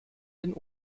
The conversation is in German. den